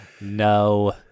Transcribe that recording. No